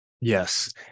Yes